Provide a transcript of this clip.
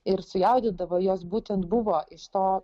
ir sujaudindavo jos būtent buvo iš to